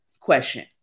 question